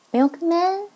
Milkman